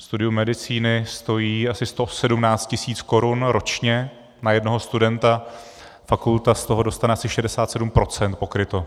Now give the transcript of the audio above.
Studium medicíny stojí asi 117 tisíc korun ročně na jednoho studenta, fakulta z toho dostane asi 67 % pokryto.